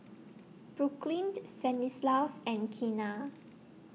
Brooklyn Stanislaus and Keena